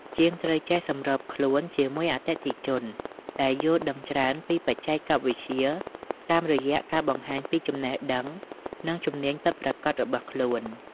ជាងត្រូវចេះសម្របខ្លួនជាមួយអតិថិជនដែលយល់ដឹងច្រើនពីបច្ចេកវិទ្យា តាមរយៈការបង្ហាញពីចំណេះដឹង និងជំនាញពិតប្រាកដរបស់ខ្លួន។